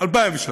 מ-2003,